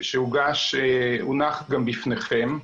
שהונח גם בפניכם,